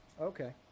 Okay